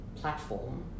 platform